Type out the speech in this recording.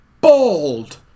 bald